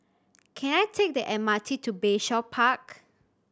can I take the M R T to Bayshore Park